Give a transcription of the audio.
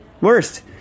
Worst